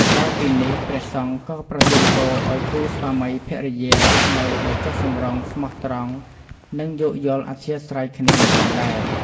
ក្រៅពីនេះ ព្រះសង្ឃក៏ប្រទានពរឲ្យគូស្វាមីភរិយារស់នៅដោយចុះសម្រុង ស្មោះត្រង់ និងយោគយល់អធ្យាស្រ័យគ្នាផងដែរ។